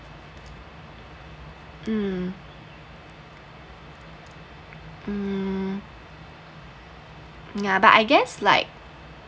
um um ya but I guess like